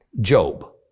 Job